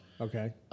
Okay